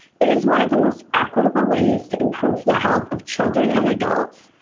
it is one of the most equitable ways to improve the health of children and adults,